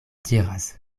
diras